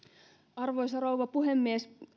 arvoisa rouva puhemies